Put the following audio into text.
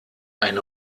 eine